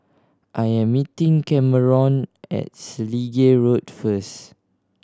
I am meeting Kameron at Selegie Road first